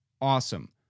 awesome